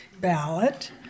ballot